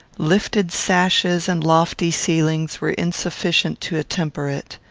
lifted sashes and lofty ceilings were insufficient to attemper it.